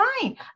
fine